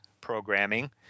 programming